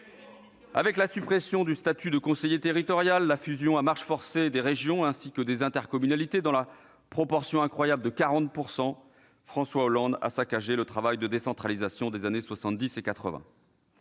Avec la suppression du statut de conseiller territorial, ainsi que la fusion à marche forcée des régions et des intercommunalités dans la proportion incroyable de 40 %, François Hollande a saccagé le travail de décentralisation des années 1970 et 1980.